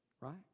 right